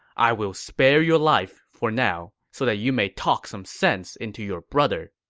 i will spare your life for now, so that you may talk some sense into your brother.